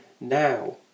now